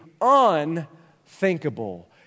unthinkable